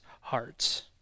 hearts